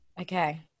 Okay